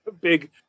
big